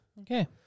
Okay